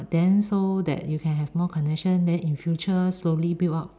then so that you can have more connection then in future slowly build up